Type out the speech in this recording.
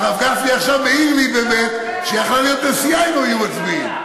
הרב גפני עכשיו מעיר לי שבאמת יכלה להיות נשיאה אילו היו מצביעים.